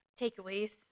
takeaways